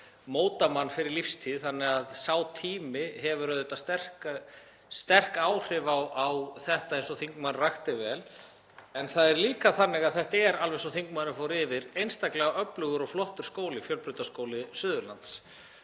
móta mann fyrir lífstíð þannig að sá tími hefur auðvitað sterk áhrif eins og þingmaðurinn rakti vel. En það er líka þannig að þetta er, alveg eins og þingmaðurinn fór yfir, einstaklega öflugur og flottur skóli, Fjölbrautaskóli Suðurlands.